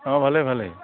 অ ভালে ভালেই